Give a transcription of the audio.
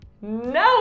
no